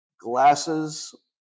glasses